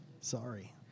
Sorry